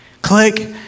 click